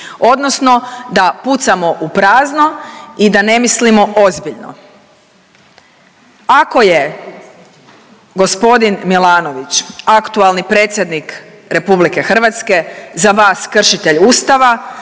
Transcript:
odnosno da pucamo u prazno i da ne mislimo ozbiljno. Ako je g. Milanović aktualni predsjednik RH za vas kršitelj ustava,